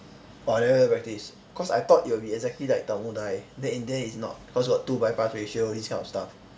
oh I never even practise cause I thought it'll be exactly like the O nine then in the end it's not cause got two bypass ratio this kind of stuff